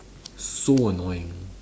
so annoying